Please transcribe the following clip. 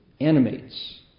animates